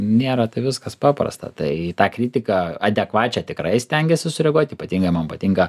nėra taip viskas paprasta tai į tą kritiką adekvačią tikrai stengiesi sureaguoti ypatingai man patinka